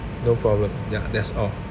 no problem ya that's all